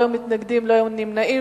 לא היו מתנגדים ולא היו נמנעים.